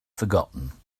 forgotten